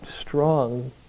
strong